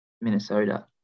Minnesota